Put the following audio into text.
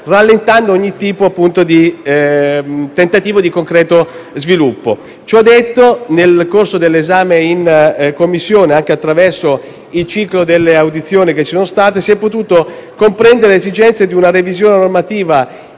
rallentando ogni tipo di tentativo di concreto sviluppo. Ciò detto, nel corso dell'esame in Commissione, anche attraverso il ciclo delle audizioni che ci sono state, si è potuta comprendere l'esigenza di una revisione normativa